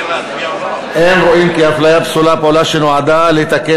אין רואים כהפליה פסולה פעולה שנועדה לתקן